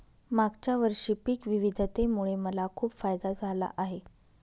मागच्या वर्षी पिक विविधतेमुळे मला खूप फायदा झाला आहे